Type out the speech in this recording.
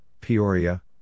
Peoria